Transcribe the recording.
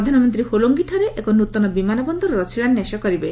ପ୍ରଧାନମନ୍ତ୍ରୀ ହୋଲୋଙ୍ଗିଠାରେ ଏକ ନୃତନ ବିମାନ ବନ୍ଦରର ଶିଳାନ୍ୟାସ କରିବେ